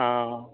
हां